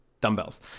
dumbbells